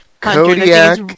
Kodiak